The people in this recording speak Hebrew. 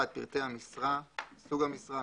פרטי המשרה: סוג המשרה,